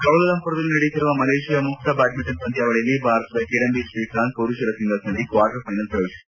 ಕೌಲಾಲಂಪುರದಲ್ಲಿ ನಡೆಯುತ್ತಿರುವ ಮಲೇಷ್ನಾ ಮುಕ್ತ ಬ್ಯಾಡ್ಸಿಂಟನ್ ಪಂದ್ಯಾವಳಿಯಲ್ಲಿ ಭಾರತದ ಕಿಡಂಬಿ ಶ್ರೀಕಾಂತ್ ಮರುಷರ ಸಿಂಗಲ್ಸ್ನಲ್ಲಿ ಕ್ವಾರ್ಟರ್ ಫೈನಲ್ ಪ್ರವೇಶಿಸಿದ್ದಾರೆ